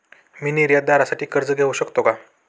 मी निर्यातदारासाठी कर्ज घेऊ शकतो का?